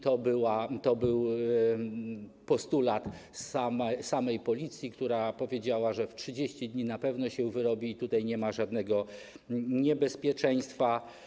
To był postulat samej Policji, która powiedziała, że w 30 dni na pewno się wyrobi i tutaj nie ma żadnego niebezpieczeństwa.